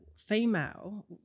Female